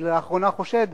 לאחרונה אני חושד